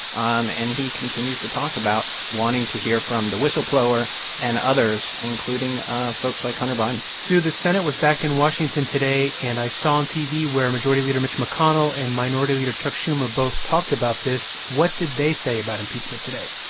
um and he continues to talk about wanting to hear from the whistleblower and others, including folks like hunter biden sue, the senate was back in washington today. and i saw on tv where majority leader mitch mcconnell and minority leader chuck schumer both talked about this. what did they say about impeachment today?